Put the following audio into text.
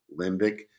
limbic